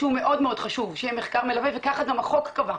שמאוד חשוב שיהיה מחקר מלווה וכך גם החוק קבע,